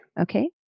Okay